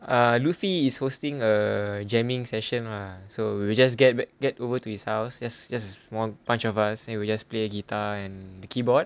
err loofy is hosting a jamming session lah so we just get get over to his house is just one bunch of us and we just play guitar and the keyboard